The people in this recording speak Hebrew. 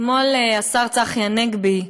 אתמול השר צחי הנגבי,